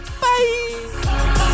Bye